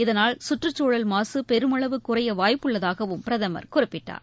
இதனால் சுற்றுச்சூழல் மாசுபெருமளவு குறையவாய்ப்புள்ளதாகவும் பிரதமர் குறிப்பிட்டார்